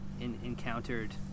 encountered